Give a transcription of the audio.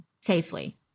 safely